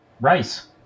Rice